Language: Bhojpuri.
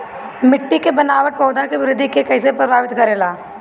मिट्टी के बनावट पौधों की वृद्धि के कईसे प्रभावित करेला?